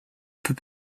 peut